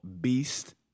beast